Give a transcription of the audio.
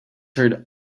heard